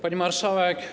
Pani Marszałek!